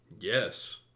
Yes